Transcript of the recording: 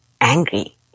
angry